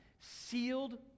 sealed